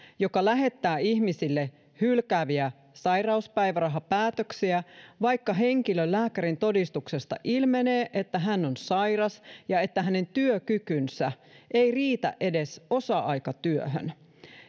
joka lähettää ihmisille hylkääviä sairauspäivärahapäätöksiä vaikka henkilön lääkärintodistuksesta ilmenee että hän on sairas ja että hänen työkykynsä ei riitä edes osa aikatyöhön